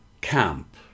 camp